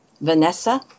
Vanessa